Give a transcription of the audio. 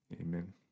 Amen